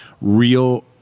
real